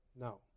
No